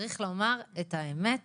צריך לומר את האמת,